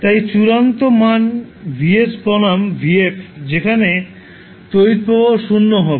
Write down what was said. তাই চূড়ান্ত মান Vs বনাম v f যেখানে তড়িৎ প্রবাহ 0 হবে